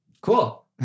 Cool